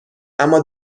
اما